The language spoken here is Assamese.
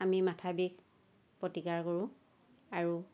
আমি মাথা বিষ প্ৰতিকাৰ কৰোঁ আৰু